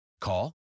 Call